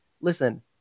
listen